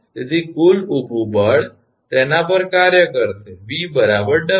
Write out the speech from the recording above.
તેથી કુલ ઊભું બળ તેના પર કાર્ય કરશે 𝑉 𝑊𝑠